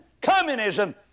communism